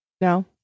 No